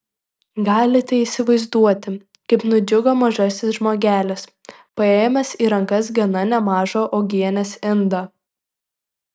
galite įsivaizduoti kaip nudžiugo mažasis žmogelis paėmęs į rankas gana nemažą uogienės indą